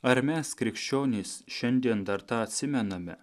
ar mes krikščionys šiandien dar tą atsimename